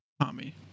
Tommy